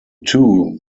two